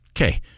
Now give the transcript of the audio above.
Okay